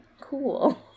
cool